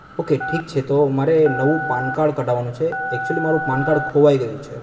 okay ઠીક છે તો મારે નવું પાન કાર્ડ કઢાવવાનું છે એકચુલી મારું પાન કાર્ડ ખોવાઈ ગયું છે